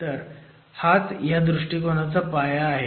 तर हाच ह्या दृष्टीकोनाचा पाया आहे